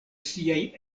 siaj